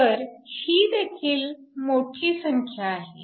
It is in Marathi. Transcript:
तर ही देखील मोठी संख्या आहे